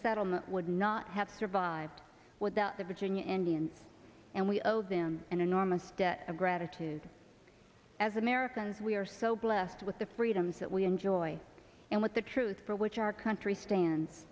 settlement would not have survived without the pitching indians and we owe them an enormous debt of gratitude as americans we are so blessed with the freedoms that we enjoy and with the truth for which our country stands